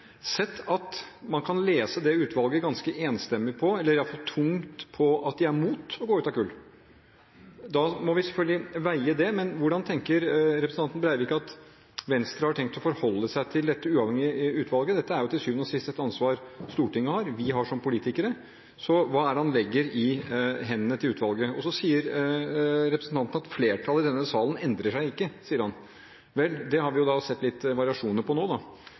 Sett at man kan lese det utvalget ganske enstemmig eller iallfall tungt på at de er mot å gå ut av kull? Da må vi selvfølgelig veie det, men hvordan tenker representanten Breivik at Venstre har tenkt å forholde seg til dette uavhengige utvalget? Dette er jo til syvende og sist et ansvar Stortinget har, som vi har som politikere, så hva er det han legger i hendene til utvalget? Representanten sier at flertallet i denne salen ikke endrer seg. Vel, det har vi jo sett litt variasjoner på nå.